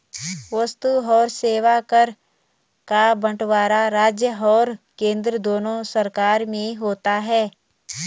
वस्तु और सेवा कर का बंटवारा राज्य और केंद्र दोनों सरकार में होता है